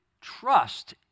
trust